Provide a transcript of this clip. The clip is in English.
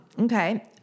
okay